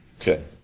Okay